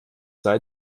sei